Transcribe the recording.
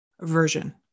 version